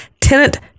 tenant